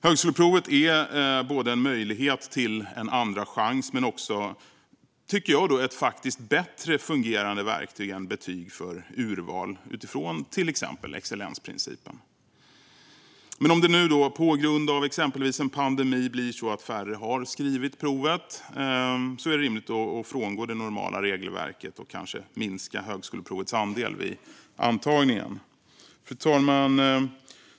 Högskoleprovet är både en möjlighet till en andra chans och, tycker jag, faktiskt ett bättre fungerande verktyg än betyg för urval utifrån till exempel excellensprincipen. Men om det nu på grund av exempelvis en pandemi blir så att färre har skrivit provet är det rimligt att frångå det normala regelverket och kanske minska andelen som antas genom högskoleprovet. Fru talman!